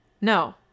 No